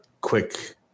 quick